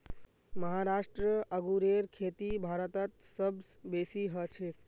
महाराष्ट्र अंगूरेर खेती भारतत सब स बेसी हछेक